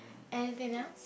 anything else